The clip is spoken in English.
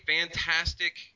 fantastic